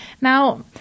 Now